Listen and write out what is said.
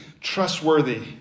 trustworthy